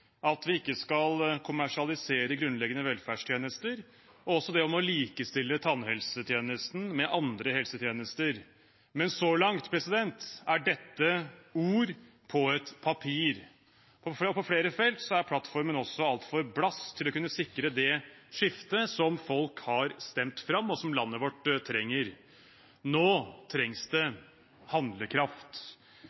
at vi ikke skal kommersialisere grunnleggende velferdstjenester og også å likestille tannhelsetjenesten med andre helsetjenester. Men så langt er dette ord på et papir. På flere felt er også plattformen altfor blass til å kunne sikre det skiftet som folk har stemt fram, og som landet vårt trenger. Nå trengs det